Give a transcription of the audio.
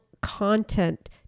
content